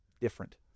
different